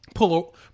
pull